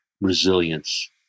resilience